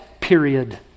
period